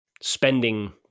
spending